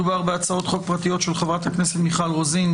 מדובר בהצעות חוק פרטיות של חברות הכנסת מיכל רוזין,